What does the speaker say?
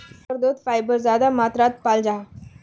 शकार्कंदोत फाइबर ज्यादा मात्रात पाल जाहा